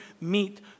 meet